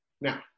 Now